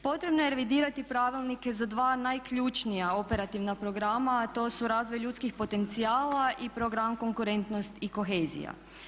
Potrebno je revidirati pravilnike za 2 najključnija operativna programa, a to su razvoj ljudskih potencijala i program konkurentnost i kohezija.